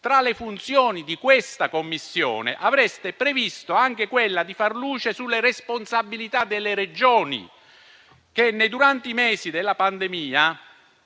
tra le funzioni di questa Commissione avreste previsto anche quella di far luce sulle responsabilità delle Regioni, che durante i mesi della pandemia